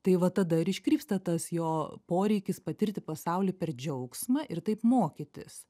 tai va tada ir iškrypsta tas jo poreikis patirti pasaulį per džiaugsmą ir taip mokytis